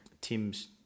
Tim's